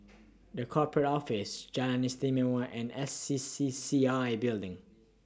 The Corporate Office Jalan Istimewa and S C C C I Building